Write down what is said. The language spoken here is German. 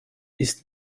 ist